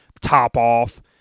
top-off